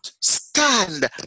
stand